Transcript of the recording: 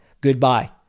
Goodbye